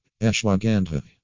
Ashwagandha